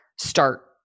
start